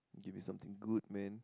give me something good man